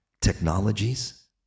technologies